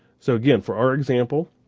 so again, for our example,